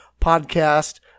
podcast